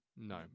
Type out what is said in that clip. no